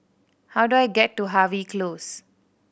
how do I get to Harvey Close